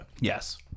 Yes